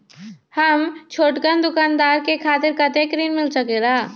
हम छोटकन दुकानदार के खातीर कतेक ऋण मिल सकेला?